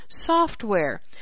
software